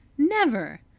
Never